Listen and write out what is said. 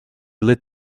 lit